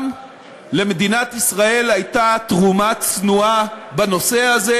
גם למדינת ישראל הייתה תרומה צנועה בנושא הזה,